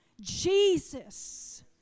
Jesus